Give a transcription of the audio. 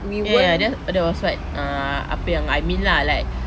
ya ya ya that that was what uh apa yang I mean lah like